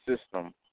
system